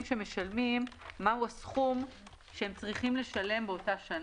המשלמים מה הוא הסכום שהם צריכים לשלם באותה שנה.